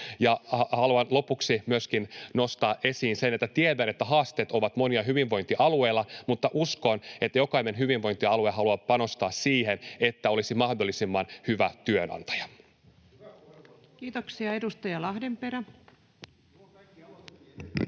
Haluan lopuksi myös nostaa esiin sen, että tiedän, että haasteet ovat monet hyvinvointialueilla, mutta uskon, että jokainen hyvinvointialue haluaa panostaa siihen, että olisi mahdollisimman hyvä työnantaja. [Speech 137] Speaker: